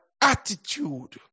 attitude